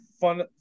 fun